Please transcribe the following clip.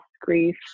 grief